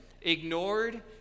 ignored